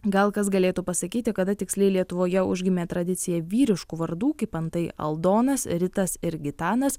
gal kas galėtų pasakyti kada tiksliai lietuvoje užgimė tradicija vyriškų vardų kaip antai aldonas ritas ir gitanas